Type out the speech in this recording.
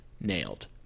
nailed